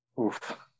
Oof